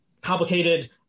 complicated